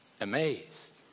amazed